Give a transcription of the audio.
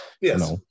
Yes